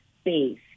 space